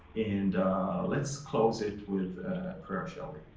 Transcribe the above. and let's close it with a prayer. shall we?